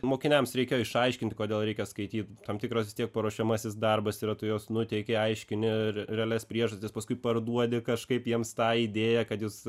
mokiniams reikėjo išaiškinti kodėl reikia skaityt tam tikros tiek paruošiamasis darbas yra tu juos nuteiki aiškini ir realias priežastis paskui parduodi kažkaip jiems tą idėją kad jūs